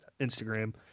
Instagram